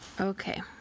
Okay